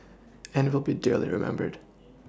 and will be dearly remembered